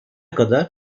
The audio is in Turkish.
kadar